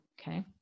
okay